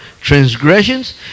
transgressions